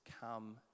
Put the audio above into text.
come